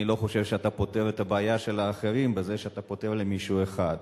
אני לא חושב שאתה פותר את הבעיה של האחרים בזה שאתה פותר למישהו אחד.